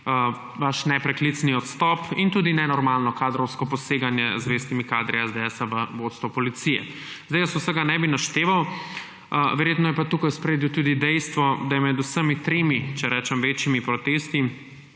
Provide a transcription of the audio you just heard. vaš nepreklicni odstop in tudi nenormalno kadrovsko poseganje z zvestimi kadri SDS v vodstvo policije. Vsega ne bi našteval. Verjetno je pa tukaj v ospredju tudi dejstvo, da je med vsemi tremi, če rečem, večjimi protesti